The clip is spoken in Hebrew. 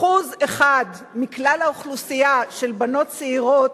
1% מכלל האוכלוסייה של בנות צעירות